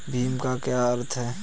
भीम का क्या अर्थ है?